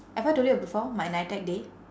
have I told you before my nitec day